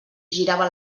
girava